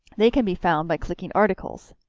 they can be found by clicking articles